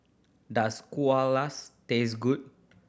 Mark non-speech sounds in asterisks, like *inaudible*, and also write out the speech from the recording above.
does *unintelligible* taste good